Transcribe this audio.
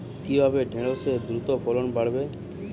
কিভাবে ঢেঁড়সের দ্রুত ফলন বাড়াব?